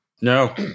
No